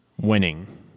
Winning